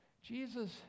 Jesus